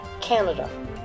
Canada